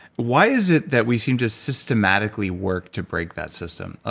why is it that we seem to systematically work to break that system?